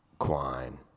Quine